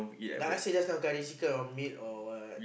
like I said just now curry chicken or meat or what